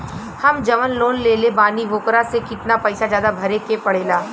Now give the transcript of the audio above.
हम जवन लोन लेले बानी वोकरा से कितना पैसा ज्यादा भरे के पड़ेला?